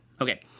Okay